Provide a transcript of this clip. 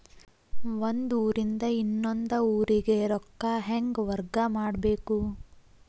ಒಂದ್ ಊರಿಂದ ಇನ್ನೊಂದ ಊರಿಗೆ ರೊಕ್ಕಾ ಹೆಂಗ್ ವರ್ಗಾ ಮಾಡ್ಬೇಕು?